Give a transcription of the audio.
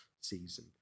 season